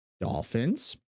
Dolphins